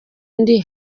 indi